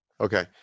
Okay